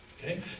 Okay